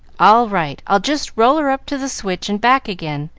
all right i'll just roll her up to the switch and back again.